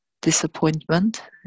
disappointment